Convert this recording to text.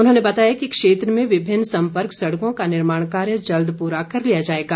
उन्होंने बताया कि क्षेत्र में विभिन्न संपर्क सड़कों का निर्माण कार्य जल्द पूरा कर लिया जाएगा